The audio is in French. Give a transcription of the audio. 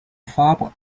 fabre